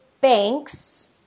Banks